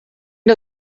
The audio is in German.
der